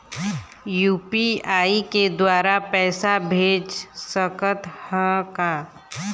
UPI के द्वारा पैसा भेज सकत ह का?